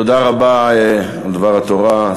תודה רבה על דבר התורה,